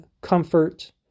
comfort